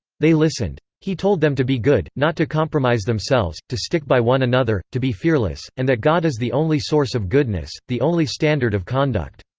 they listened. he told them to be good, not to compromise themselves, to stick by one another, to be fearless, and that god is the only source of goodness, the only standard of conduct.